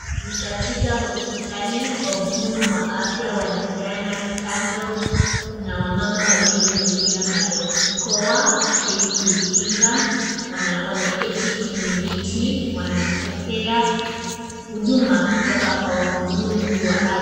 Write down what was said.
Ni katika hospitali wahudumu wa afya wanapeana chanjo. Kuna wamama waliovalia barakoa ili kujikinga, Wana wameketi kwenye viti wanapokea huduma kutoka kwa wahudumu wa afya.